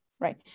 right